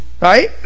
Right